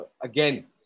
again